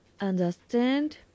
understand